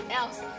else